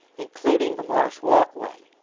including the marsh walkway.